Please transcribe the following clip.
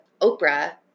Oprah